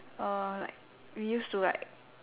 uh like we used to like